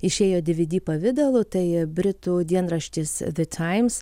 išėjo dvd pavidalu tai britų dienraštis the times